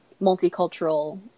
multicultural